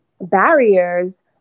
barriers